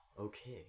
okay